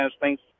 Thanks